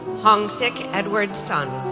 hongsik edward son,